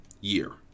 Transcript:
year